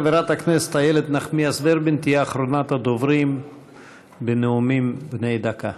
חברת הכנסת איילת נחמיאס ורבין תהיה אחרונת הדוברים בנאומים בני דקה.